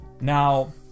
Now